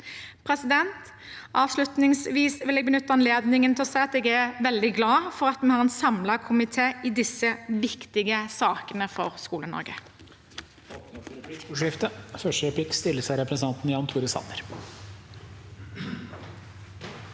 opplæringen. Avslutningsvis vil jeg benytte anledningen til å si at jeg er veldig glad for at vi har en samlet komité i disse viktige sakene for Skole-Norge.